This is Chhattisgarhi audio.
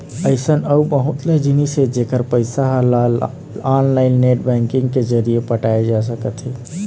अइसन अउ बहुत ले जिनिस हे जेखर पइसा ल ऑनलाईन नेट बैंकिंग के जरिए पटाए जा सकत हे